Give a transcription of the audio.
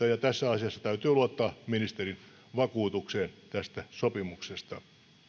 ja tässä asiassa täytyy luottaa ministerin vakuutukseen tästä sopimuksesta